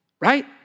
right